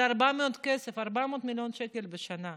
זה 400 מיליון שקל בשנה.